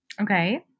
Okay